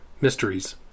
mysteries